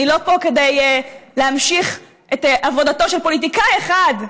אני לא פה כדי להמשיך את עבודתו של פוליטיקאי אחד,